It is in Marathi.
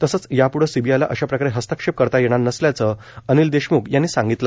तसंच याप्ढं सीबीआयला अशा प्रकारे हस्तक्षेप करता येणार नसल्याचं अनिल देशम्ख यांनी सांगितलं